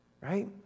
right